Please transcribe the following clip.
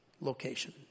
location